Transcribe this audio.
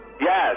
Yes